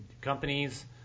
companies